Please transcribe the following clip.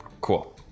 Cool